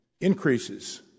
increases